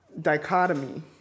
dichotomy